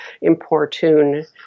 importune